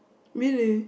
really